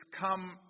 Come